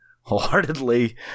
wholeheartedly